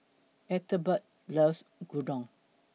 Ethelbert loves Gyudon